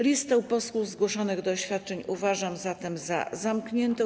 Listę posłów zgłoszonych do oświadczeń uważam zatem za zamkniętą.